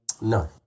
No